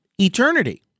eternity